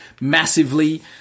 massively